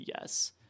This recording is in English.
yes